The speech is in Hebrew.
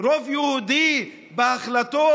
רוב יהודי בהחלטות?